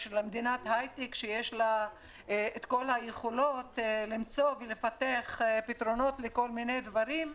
מדינת הייטק שיש לה את כל היכולות למצוא ולפתח פתרונות לכל מיני דברים,